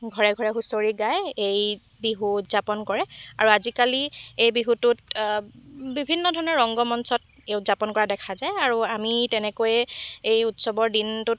ঘৰে ঘৰে হুঁচৰি গাই এই বিহু উদযাপন কৰে আৰু আজিকালি এই বিহুটোত বিভিন্ন ধৰণৰ ৰংগমঞ্চত এই উদযাপন কৰা দেখা যায় আৰু আমি তেনেকৈয়ে এই উৎসৱৰ দিনটোত